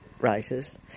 writers